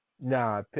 Nah